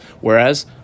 whereas